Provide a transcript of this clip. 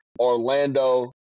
Orlando